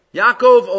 Yaakov